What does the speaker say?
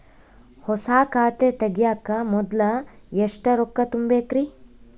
ಹೊಸಾ ಖಾತೆ ತಗ್ಯಾಕ ಮೊದ್ಲ ಎಷ್ಟ ರೊಕ್ಕಾ ತುಂಬೇಕ್ರಿ?